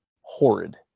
horrid